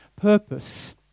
purpose